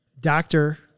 doctor